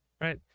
right